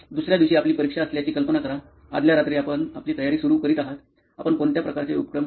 दुसर्या दिवशी आपली परीक्षा असल्याची कल्पना करा आदल्या रात्री आपण आपली तयारी सुरू करीत आहात आपण कोणत्या प्रकारचे उपक्रम करता